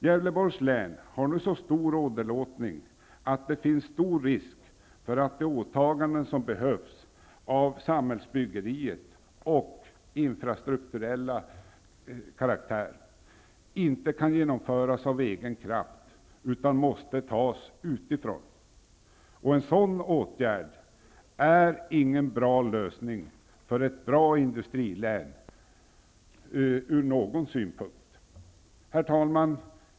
Gävleborgs län har nu så stor åderlåtning att det finns stor risk för att de åtaganden som behövs för samhällsbygget av infrastrukturell karaktär inte kan genomföras av egen kraft, utan krafter måste komma utifrån. En sådan åtgärd är inte någon bra lösning ur någon synpunkt för ett bra industrilän. Herr talman!